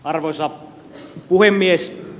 arvoisa puhemies